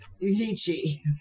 Vici